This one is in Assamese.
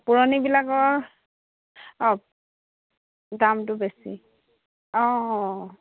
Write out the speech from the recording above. পুৰণিবিলাকৰ অঁ দামটো বেছি অঁ